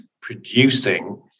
producing